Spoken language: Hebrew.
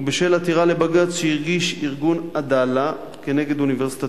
ובשל עתירה לבג"ץ שהגיש ארגון "עדאלה" כנגד אוניברסיטת